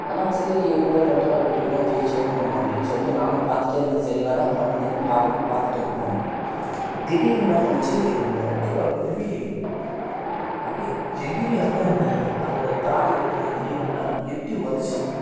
ஆனால் சரி எப்படி இருந்தாலும் ரெட்டைவால் குருவி தான் ஜெய்ச்சிடும் அப்படின் சொல்லிட்டு நானும் பார்த்துட்டே இருந்தேன் சரி என்ன தான் பண்ணுதுங்கன்னு பார்க்கலாம்னு பார்த்துட்டு இருந்தேன் திடீர் என்னா பண்ணிச்சு இந்த ரெட்டைவால் குருவி அப்டே எகிறி அப்டே அந்த அதோட தாட இருக்கில் அந்த எலும்பில் அப்டே எட்டி ஒதச்சு